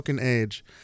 Age